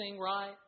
right